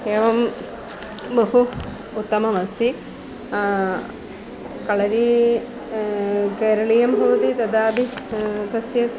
एवं बहु उत्तममस्ति कलरी केरलीयं भवति तथापि तस्य